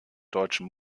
deutschen